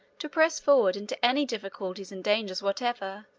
to press forward into any difficulties and dangers whatever,